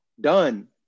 done